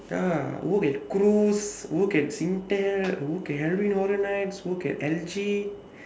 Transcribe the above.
ya I work at cruise work at Singtel work at work at L_G